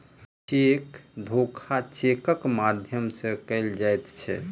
cheque धोखा चेकक माध्यम सॅ कयल जाइत छै